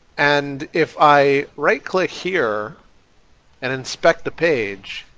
and if i right click here and inspect the page,